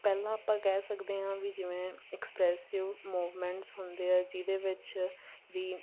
ਪਹਿਲਾਂ ਆਪਾਂ ਕਹਿ ਸਕਦੇ ਹਾਂ ਵੀ ਜਿਵੇਂ ਐਕਸਪ੍ਰੈਸਿਵ ਮੂਵਮੈਂਟਸ ਹੁੰਦੇ ਆ ਜਿਹਦੇ ਵਿੱਚ ਵੀ